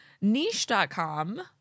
Niche.com